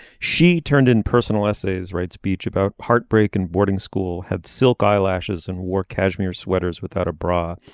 she turned in personal essays write speech about heartbreak and boarding school had silk eyelashes and wore cashmere sweaters without a bra.